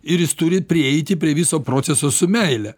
ir jis turi prieiti prie viso proceso su meile